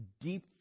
deep